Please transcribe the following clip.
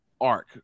arc